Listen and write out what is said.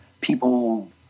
people